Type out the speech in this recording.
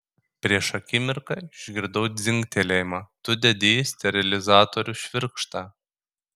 prieš akimirką išgirdau dzingtelėjimą tu dedi į sterilizatorių švirkštą